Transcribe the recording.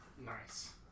Nice